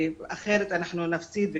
אחרת אנחנו נפסיד,